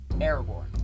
Airborne